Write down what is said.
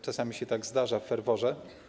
Czasami się tak zdarza w ferworze.